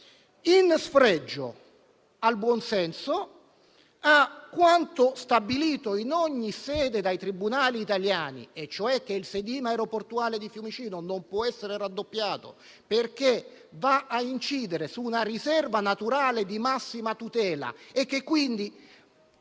In spregio al buonsenso e a quanto stabilito in ogni sede dai tribunali italiani, e cioè che il sedime aeroportuale di Fiumicino non può essere raddoppiato perché va a incidere su una riserva naturale di massima tutela, nonostante quindi